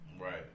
right